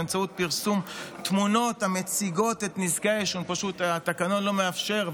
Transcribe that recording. באמצעות פרסום התמונות המציגות את נזקי העישון, התקנון פשוט לא מאפשר,